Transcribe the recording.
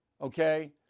Okay